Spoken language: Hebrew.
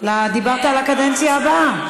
אין ועדות, דיברת על הקדנציה הבאה.